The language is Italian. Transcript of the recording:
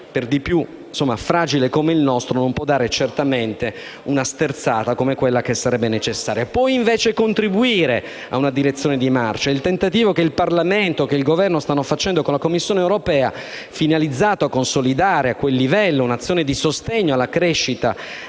per di più fragile come il nostro, non può dare certamente la sterzata che sarebbe necessaria. Può invece contribuire a una direzione di marcia il tentativo che il Parlamento e il Governo stanno facendo con la Commissione europea, finalizzato a consolidare a quel livello un'azione di sostegno alla crescita